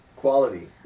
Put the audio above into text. quality